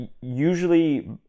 usually